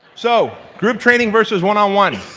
so. group training verses one-on-one.